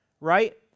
right